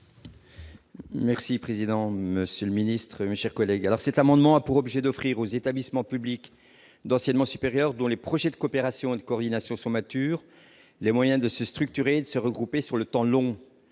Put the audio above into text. Merci président, Monsieur le Ministre, Michel collègues alors cet amendement a pour objet d'offrir aux établissements publics d'enseignement supérieur dans les projets de coopération de coordination sont matures, les moyens de se structurer, de se regrouper sur le temps long,